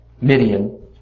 Midian